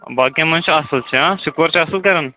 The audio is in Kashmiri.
باقیَن مَنٛز چھُ اَصٕل چھَا سِکور چھا اَصٕل کَران